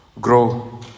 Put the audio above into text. Grow